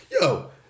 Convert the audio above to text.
yo